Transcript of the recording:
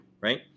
right